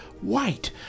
white